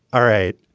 all right,